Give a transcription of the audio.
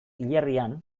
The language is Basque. hilerrian